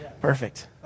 Perfect